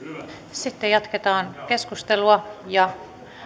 sitten jatketaan keskustelua ja